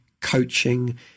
coaching